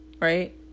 Right